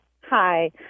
Hi